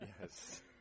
Yes